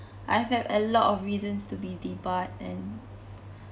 I've had a lot of reasons to be the debarred and